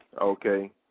Okay